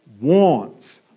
wants